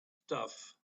stuff